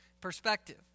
perspective